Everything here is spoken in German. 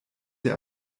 der